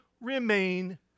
remain